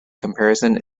comparison